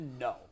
no